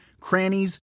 crannies